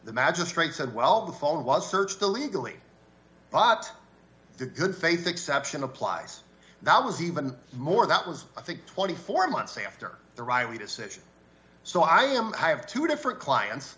the magistrate said well the phone was searched illegally ah but the good faith exception applies now was even more that was i think twenty four months after the riley decision so i am i have two different clients